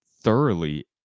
thoroughly